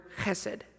Chesed